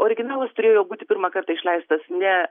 originalas turėjo būti pirmą kartą išleistas ne